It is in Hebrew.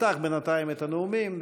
תפתח בינתיים את הנאומים,